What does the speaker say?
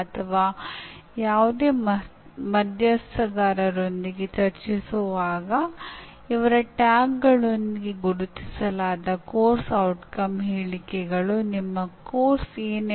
ನೀವು ಯಾವುದೇ ವಿಧಾನಗಳನ್ನು ಸೂಚಿಸಿದರೂ ಈ ಸೂಚನಾ ವಿಧಾನವನ್ನು ಅನುಸರಿಸಿದರೆ ಮಾತ್ರ ವಿದ್ಯಾರ್ಥಿಯ ಕಲಿಕೆಯ ಸಂಭವನೀಯತೆಯು ಉತ್ತಮಗೊಳ್ಳುತ್ತದೆ ಎಂದು ನಾವು ಹೇಳಬಹುದು